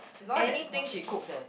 anything she cooks eh